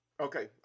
Okay